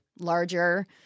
larger